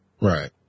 Right